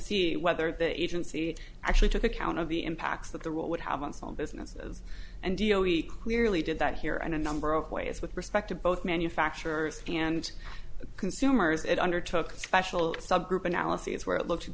see whether the agency actually took account of the impacts that the rule would have on small businesses and dio he clearly did that here and a number of ways with respect to both manufacturers and consumers it undertook a special subgroup analyses where it look